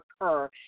occur